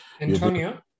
Antonio